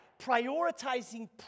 prioritizing